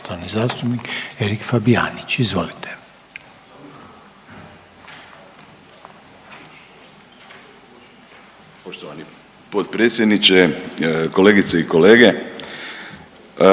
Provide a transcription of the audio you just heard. Poštovani potpredsjedniče, kolegice i kolege